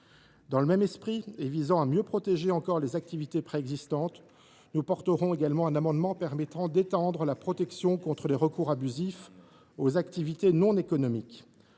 Dans le même esprit, pour protéger encore davantage les activités préexistantes, nous défendrons également un amendement visant à étendre la protection contre les recours abusifs aux activités non économiques.